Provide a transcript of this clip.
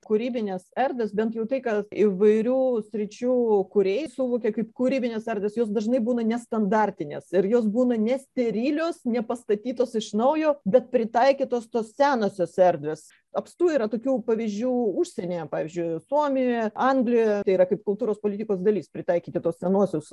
kūrybinės erdvės bent jau tai ką įvairių sričių kūrėjai suvokia kaip kūrybines erdves jos dažnai būna nestandartinės ir jos būna nesterilios nepastatytos iš naujo bet pritaikytos tos senosios erdvės apstu yra tokių pavyzdžių užsienyje pavyzdžiui suomijoje anglijoje tai yra kaip kultūros politikos dalis pritaikyti tuos senuosius